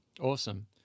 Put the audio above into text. Awesome